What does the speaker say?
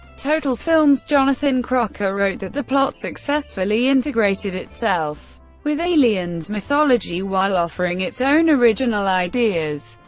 total films jonathan crocker wrote that the plot successfully integrated itself with aliens mythology while offering its own original ideas.